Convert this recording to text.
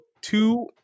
two